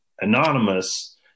anonymous